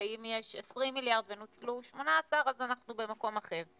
ואם יש 20 מיליארד ונוצלו 18 אז אנחנו במקום אחר.